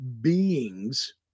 beings